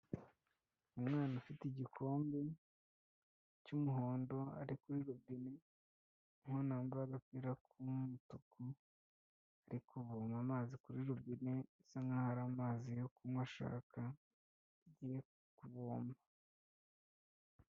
Umwana ufite igikombe cy'umuhondo ari kuri robine; umwana wambaye agapira k'umutuku ari kuvoma amazi kuri robine, bisa n'aho ari amazi yo kunywa ashaka, ari kuvoma.